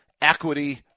Equity